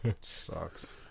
Sucks